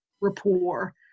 rapport